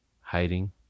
Hiding